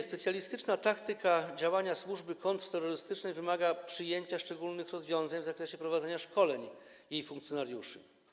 Specjalistyczna taktyka działania służby kontrterrorystycznej wymaga przyjęcia szczególnych rozwiązań w zakresie prowadzenia szkoleń jej funkcjonariuszy.